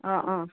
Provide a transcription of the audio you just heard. অঁ অঁ